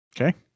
Okay